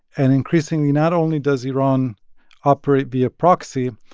and increasingly, not only does iran operate via proxy,